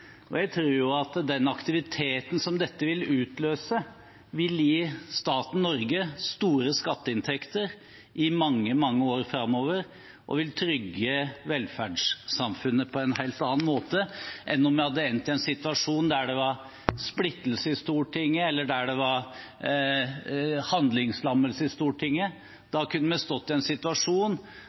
Jeg tror at den aktiviteten som dette vil utløse, vil gi staten Norge store skatteinntekter i mange, mange år framover og trygge velferdssamfunnet på en helt annen måte enn om vi hadde endt i en situasjon der det var splittelse eller handlingslammelse i Stortinget. Da kunne vi ha stått i en situasjon